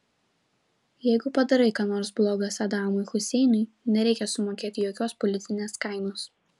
jeigu padarai ką nors bloga sadamui huseinui nereikia sumokėti jokios politinės kainos